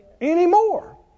anymore